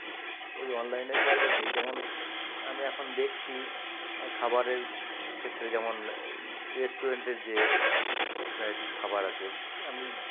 ঠিক ওই অনলাইনের কায়দাতেই যেমন আমি এখন দেখছি খাবারের ক্ষেত্রে যেমন এই রেস্টুরেন্টের যে ভ্যারাইটিস খাবার আছে আপনি